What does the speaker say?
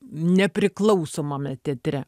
nepriklausomame teatre